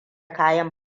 kayan